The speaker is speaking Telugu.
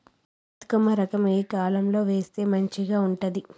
బతుకమ్మ రకం ఏ కాలం లో వేస్తే మంచిగా ఉంటది?